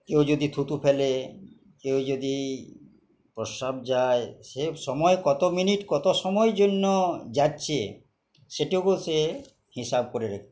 কেউ যদি থুতু ফেলে কেউ যদি প্রসাব যায় সে সময় কত মিনিট কত সময়ের জন্য যাচ্ছে সেটাও সে হিসাব করে রাখে